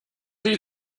sie